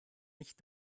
nicht